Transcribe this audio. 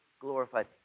glorified